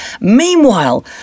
Meanwhile